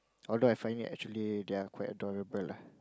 although I find it actually they are quite adorable lah